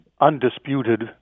undisputed